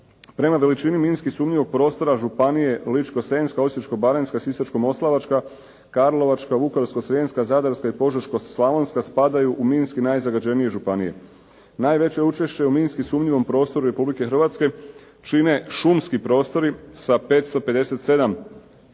Prema veličini minski sumnjivog prostora županije Ličko-senjska, Osječko-baranjska, Sisačko-moslavačka, Karlovačka, Vukovarsko-srijemska, Zadarska i Požeško-slavonska spadaju u minski najzagađenije županije. Najveće učešće u minski sumnjivom prostoru Republike Hrvatske čine šumski prostori sa 557